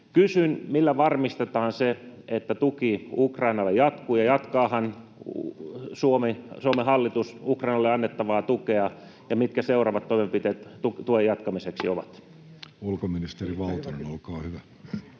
Kysyn: millä varmistetaan se, että tuki Ukrainalle jatkuu, jatkaahan Suomen hallitus Ukrainalle annettavaa tukea, ja mitkä seuraavat toimenpiteet tuen jatkamiseksi ovat? Ulkoministeri Valtonen, olkaa hyvä.